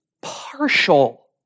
partial